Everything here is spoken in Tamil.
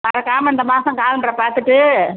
மறக்காமல் இந்த மாதம் காலண்ட்ரைப் பார்த்துட்டு